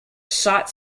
sought